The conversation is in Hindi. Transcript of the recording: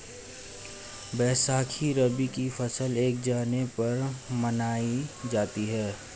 बैसाखी रबी की फ़सल पक जाने पर मनायी जाती है